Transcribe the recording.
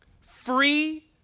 Free